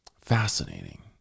Fascinating